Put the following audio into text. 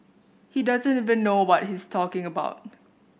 he doesn't even know what he's talking about